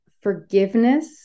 forgiveness